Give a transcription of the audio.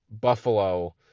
Buffalo